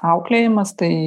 auklėjimas tai